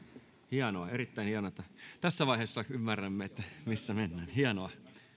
hienoa erittäin hienoa että tässä vaiheessa ymmärrämme missä mennään hienoa no sen ymmärtää